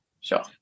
sure